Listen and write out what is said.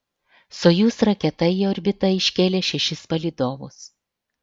sojuz raketa į orbitą iškėlė šešis palydovus